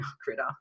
critter